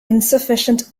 insufficient